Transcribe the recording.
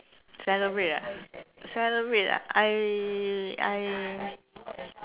celebrate ah celebrate ah I I